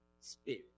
spirit